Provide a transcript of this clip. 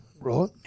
right